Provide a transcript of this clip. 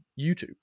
YouTube